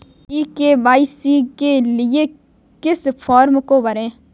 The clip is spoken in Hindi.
ई के.वाई.सी के लिए किस फ्रॉम को भरें?